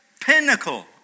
pinnacle